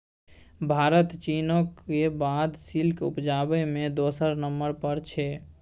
भारत चीनक बाद सिल्क उपजाबै मे दोसर नंबर पर छै